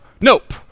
nope